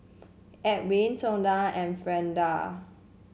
Elwin Tonda and Freida